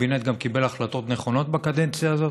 הקבינט גם קיבל החלטות נכונות בקדנציה הזאת.